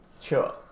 Sure